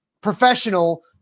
professional